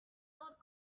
not